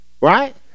Right